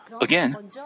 again